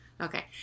Okay